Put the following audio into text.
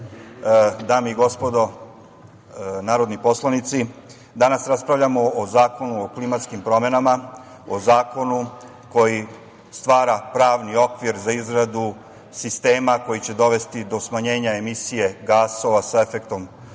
dame i gospodo narodni poslanici, danas raspravljamo o Zakonu o klimatskim promenama, o zakonu koji stvara pravni okvir za izradu sistema koji će dovesti do smanjenja emisije gasova sa efektom "staklene